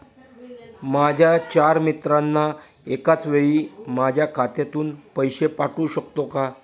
माझ्या चार मित्रांना एकाचवेळी माझ्या खात्यातून पैसे पाठवू शकतो का?